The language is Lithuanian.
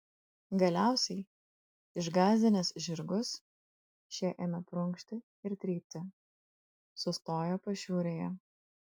galiausiai išgąsdinęs žirgus šie ėmė prunkšti ir trypti sustojo pašiūrėje